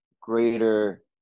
greater